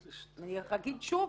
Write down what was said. אני אגיד שוב,